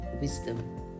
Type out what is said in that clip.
wisdom